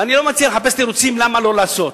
ואני לא מציע לחפש תירוצים למה לא לעשות.